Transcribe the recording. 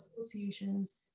associations